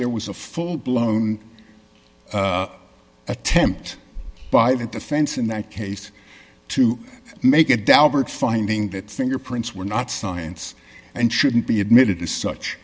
there was a full blown attempt by the defense in that case to make a daubert finding that fingerprints were not science and shouldn't be admitted as such